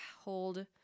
hold